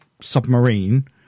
submarine